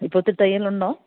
ഇപ്പോള് ഒത്തിരി തയ്യലുണ്ടോ